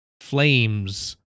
flames